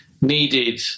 needed